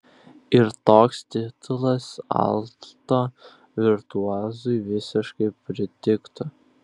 ir toks titulas alto virtuozui visiškai pritiktų